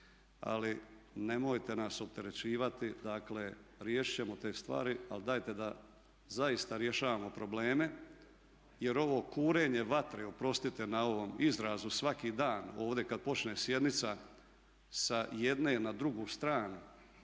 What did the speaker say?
Ali, nemojte nas opterećivati. Dakle, riješit ćemo te stvari ali dajte da zaista rješavamo probleme jer ovo kurenje vatre oprostite na ovom izrazu svaki dan ovdje kad počne sjednica sa jedne na drugu stranu